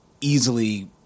easily